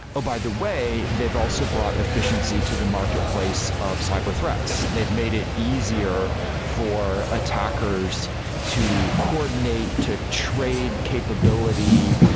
by the way, they've also brought efficiency to the marketplace of cyber threats. they've made it easier for attackers to coordinate to trade capability,